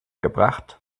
gebracht